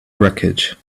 wreckage